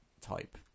type